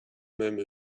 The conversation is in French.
même